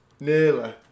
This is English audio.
Nearly